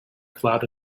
cloud